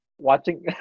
watching